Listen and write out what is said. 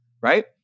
right